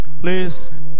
Please